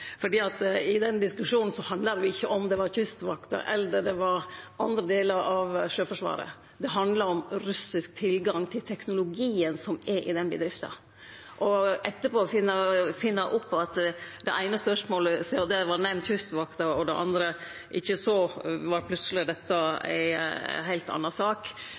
i den diskusjonen handla det ikkje om om det var Kystvakta eller andre delar av Sjøforsvaret. Det handla om russisk tilgang til teknologien som er i bedrifta. Etterpå å finne opp at sidan Kystvakta var nemnd i det eine spørsmålet og ikkje i det andre, så var dette plutseleg ei heilt anna sak,